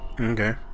Okay